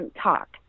talk